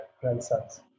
grandsons